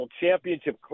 championship